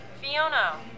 Fiona